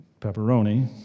pepperoni